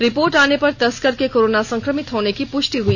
report आने पर तस्कर के कोरोना संक्रमित होने की पुष्टि हुई